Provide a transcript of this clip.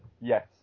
Yes